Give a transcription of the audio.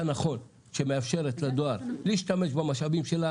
נכון שמאפשרים לדואר להשתמש במשאבים שלו